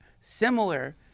similar